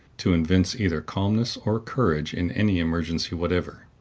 to evince either calmness or courage in any emergency whatever.